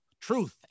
truth